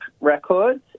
Records